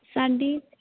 ਸਾਡੀ